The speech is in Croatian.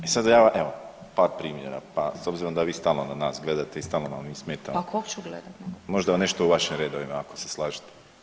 I sad da ja, evo, par primjera, pa s obzirom da vi stalno na nas gledate i stalno vam mi smetamo [[Upadica Sabina Glasovac: Pa u kog ću gledati?]] možda u nešto u vašim redovima, ako se slažete.